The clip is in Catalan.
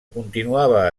continuava